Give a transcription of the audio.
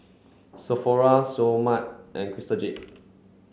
Sephora Seoul Mart and Jade